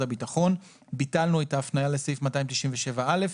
הביטחון ביטלנו את ההפניה לסעיף 297א,